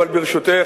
ברשותך,